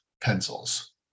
pencils